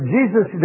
Jesus